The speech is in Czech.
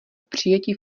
přijetí